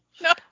no